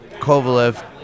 Kovalev